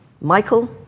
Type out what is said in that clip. Michael